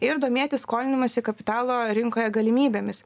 ir domėtis skolinimosi kapitalo rinkoje galimybėmis